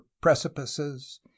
precipices